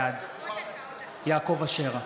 בעד יעקב אשר,